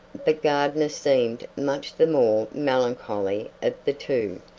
but gardner seemed much the more melancholy of the two.